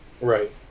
right